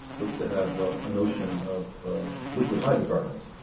looks to have an ocean of liquid hydrocarbons